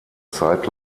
zeit